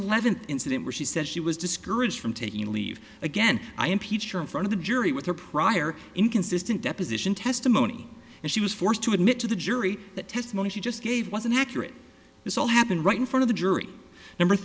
eleventh incident where she said she was discouraged from taking a leave again i impeached her in front of the jury with her prior inconsistent deposition testimony and she was forced to admit to the jury that testimony she just gave wasn't accurate this all happened right in front of the jury number